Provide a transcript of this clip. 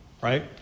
right